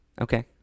Okay